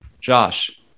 Josh